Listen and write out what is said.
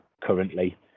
currently